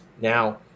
Now